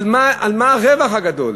ומה הרווח הגדול?